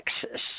Texas